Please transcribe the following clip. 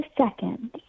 second